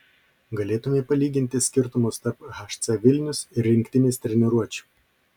galėtumei palyginti skirtumus tarp hc vilnius ir rinktinės treniruočių